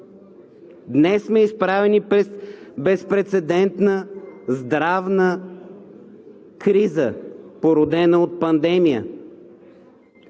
Днес сме изправени пред безпрецедентна здравна криза, породена от пандемия.